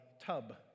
tub